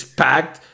packed